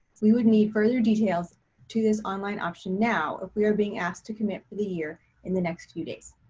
we would need further details to this online option now if we are being asked to commit for the year in the next few days.